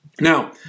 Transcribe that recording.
Now